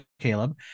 Caleb